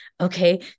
okay